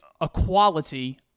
equality